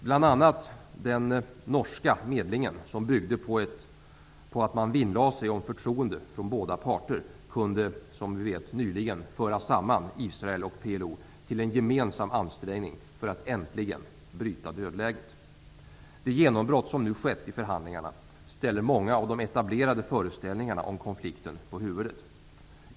Bl.a. den norska medlingen, som byggde på att man vinnlade sig om förtroende från båda parter, kunde som vi vet nyligen föra samman Israel och PLO till en gemensam ansträngning för att äntligen bryta dödläget. Det genombrott som nu har skett i förhandlingarna ställer många av de etablerade föreställningarna om konflikten på huvudet.